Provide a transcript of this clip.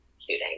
shooting